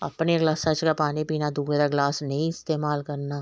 अपने गलासै च गै पानी पीना दूऐ दा गलास नेईं इस्तेमाल करना